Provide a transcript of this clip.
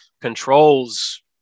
controls